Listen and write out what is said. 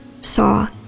saw